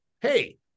hey